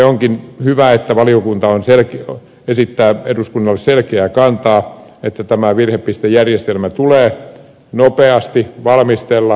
onkin hyvä että valiokunta esittää eduskunnalle selkeää kantaa että tämä virhepistejärjestelmä tulee nopeasti valmistella